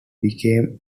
became